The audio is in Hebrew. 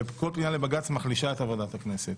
וכל פנייה לבג"ץ מחלישה את עבודת הכנסת.